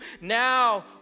now